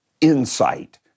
insight